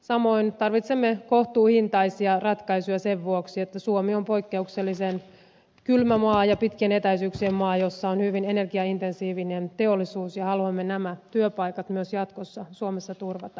samoin tarvitsemme kohtuuhintaisia ratkaisuja sen vuoksi että suomi on poikkeuksellisen kylmä maa ja pitkien etäisyyksien maa jossa on hyvin energiaintensiivinen teollisuus ja haluamme nämä työpaikat myös jatkossa suomessa turvata